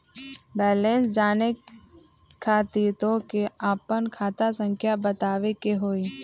Balance जाने खातिर तोह के आपन खाता संख्या बतावे के होइ?